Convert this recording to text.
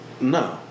no